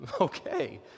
okay